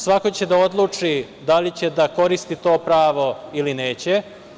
Svako će da odluči da li će da koristi to pravo ili neće.